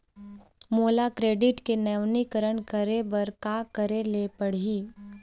मोला क्रेडिट के नवीनीकरण करे बर का करे ले पड़ही?